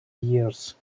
years